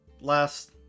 last